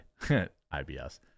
IBS